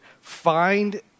find